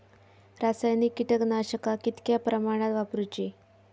रासायनिक कीटकनाशका कितक्या प्रमाणात वापरूची?